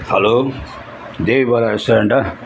hello Devi Bala ரெஸ்டாரண்டா